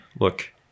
look